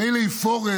מילא אם פורר,